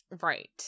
Right